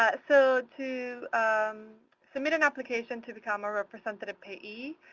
ah so to submit an application to become a representative payee,